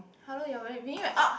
how long you've being with